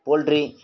poultry